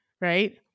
right